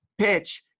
PITCH